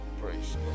Praise